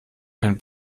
kein